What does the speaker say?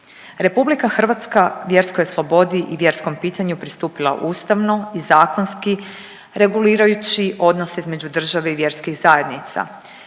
i čini. RH vjerskoj je slobodi i vjerskom pitanju pristupila ustavno i zakonski regulirajući odnose između države i vjerskih zajednica.